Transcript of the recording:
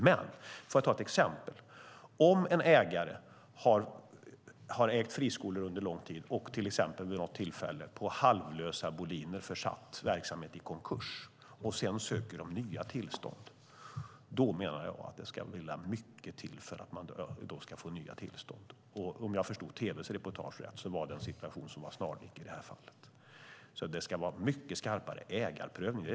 Men, för att ta ett exempel, om någon har ägt friskolor under lång tid och till exempel vid något tillfälle på halvlösa boliner försatt verksamhet i konkurs och sedan söker nya tillstånd, då menar jag att det ska mycket till för att man ska få nya tillstånd. Om jag förstod reportaget i tv rätt var det i det här fallet en situation som var snarlik.